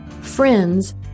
friends